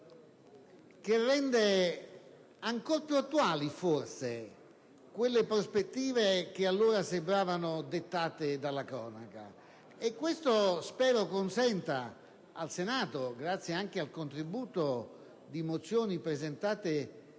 rende ancora più attuali quelle prospettive che allora sembravano dettate dalla cronaca. Spero che ciò consenta al Senato, grazie anche al contributo delle mozioni presentate